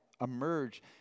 emerge